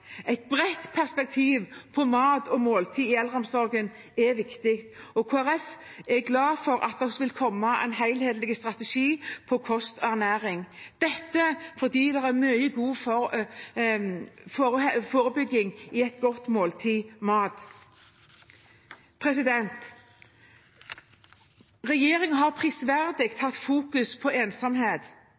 Et bredt perspektiv på mat og måltid i eldreomsorgen er viktig, og Kristelig Folkeparti er glad for at det vil komme en helhetlig strategi for kost og ernæring – dette fordi det er mye god forebygging i et godt måltid mat. Regjeringen har, prisverdig, fokusert på ensomhet